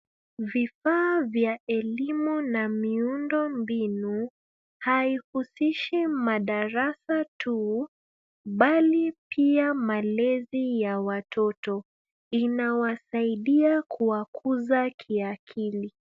Vifaa vya elimu na miundombinu, haihusishi madarasa tu, bali pia malezi ya watoto. Inawasaidia kuwakuza kiakili.